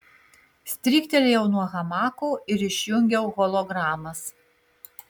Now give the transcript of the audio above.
stryktelėjau nuo hamako ir išjungiau hologramas